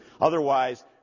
Otherwise